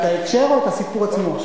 את ההקשר או את הסיפור עצמו?